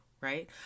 Right